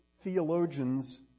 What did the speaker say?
theologians